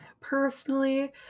personally